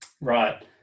Right